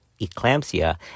eclampsia